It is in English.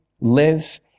live